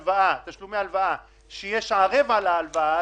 שאי אפשר לדחות תשלומי הלוואות שיש ערב על ההלוואה.